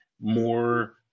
more